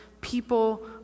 people